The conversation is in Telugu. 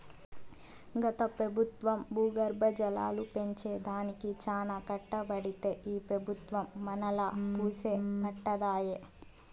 గత పెబుత్వం భూగర్భ జలాలు పెంచే దానికి చానా కట్టబడితే ఈ పెబుత్వం మనాలా వూసే పట్టదాయె